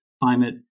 climate